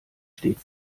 steht